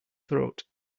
throat